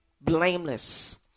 blameless